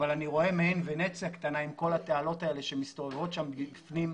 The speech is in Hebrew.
אני רואה מעין ונציה קטנה עם כל התעלות שמסתובבות שם בפנים,